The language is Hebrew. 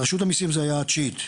רשות המיסים הייתה התשיעית.